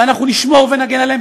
ואנחנו נשמור ונגן עליהם,